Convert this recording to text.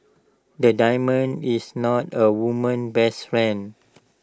the diamond is not A woman's best friend